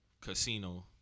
casino